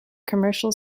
commercial